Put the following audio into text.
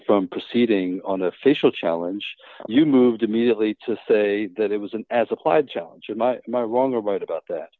from proceeding on official challenge you moved immediately to say that it was an as applied challenge and my wrong or right about that